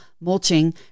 mulching